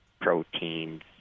proteins